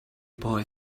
boy